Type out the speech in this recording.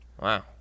Wow